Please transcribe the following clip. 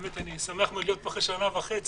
אני שמח מאוד להיות פה אחרי שנה וחצי.